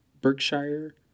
Berkshire